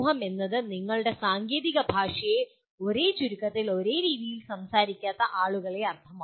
സമൂഹം എന്നത് നിങ്ങളുടെ സാങ്കേതിക ഭാഷയെ ഒരേ ചുരുക്കത്തിൽ ഒരേ രീതിയിൽ സംസാരിക്കാത്ത ആളുകളെ അർത്ഥമാക്കും